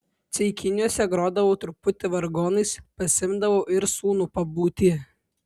ceikiniuose grodavau truputį vargonais pasiimdavau ir sūnų pabūti